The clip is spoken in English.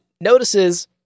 notices